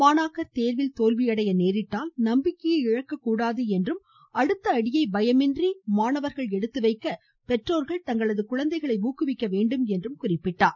மாணாக்கர் தேர்வில் தோல்வியடைய நேரிட்டால் நம்பிக்கையை இழக்கக்கூடாது என்றும் அடுத்த அடியை பயமின்றி எடுத்துவைக்க பெற்றோர்கள் தங்களது குழந்தைகளை ஊக்குவிக்க வேண்டும் என்றும் கூறினார்